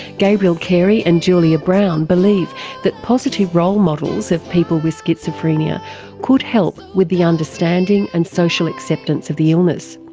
gabrielle carey and julia brown believe that positive role models of people with schizophrenia could help with the understanding and social acceptance of the illness.